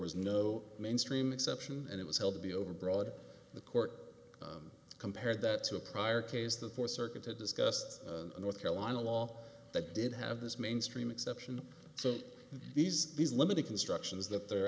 was no mainstream exception and it was held to be overbroad the court compared that to a prior case the fourth circuit had discussed the north carolina law that did have this mainstream exception so these these limited constructions that they're